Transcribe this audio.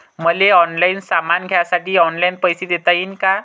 मले ऑनलाईन सामान घ्यासाठी ऑनलाईन पैसे देता येईन का?